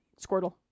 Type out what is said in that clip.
squirtle